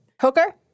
hooker